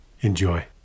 Enjoy